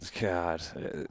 God